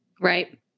right